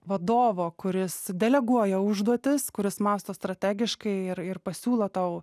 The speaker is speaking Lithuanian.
vadovo kuris deleguoja užduotis kuris mąsto strategiškai ir ir pasiūlo tau